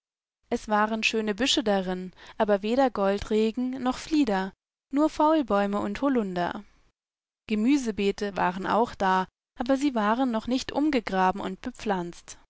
es waren schöne büsche darin aber weder goldregen noch flieder nur faulbäume und hollunder gemüsebeete waren auch da aber sie waren noch nicht umgegraben und bepflanzt